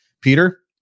Peter